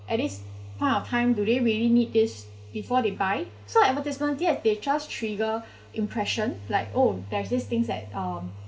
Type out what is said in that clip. at this point of time do they really need this before they buy so advertisement they just trigger impression like oh there's this things that um